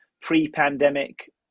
pre-pandemic